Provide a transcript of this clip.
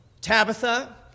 Tabitha